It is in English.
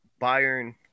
Bayern